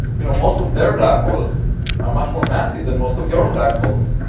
you know, most of their black holes are much more massive than most of your black holes.